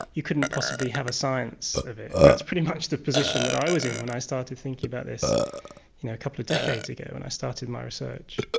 you couldn't possibly have a science of it, and that's pretty much the position that i was in when i started thinking about this you know a couple of decades ago when i started my research.